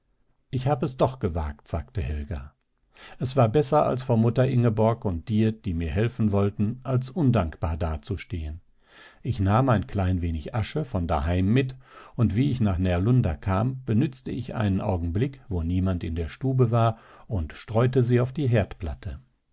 ich hab es doch gewagt sagte helga es war besser als vor mutter ingeborg und dir die mir helfen wollten als undankbar dazustehen ich nahm ein klein wenig asche von daheim mit und wie ich nach närlunda zurückkam benützte ich einen augenblick wo niemand in der stube war und streute sie auf die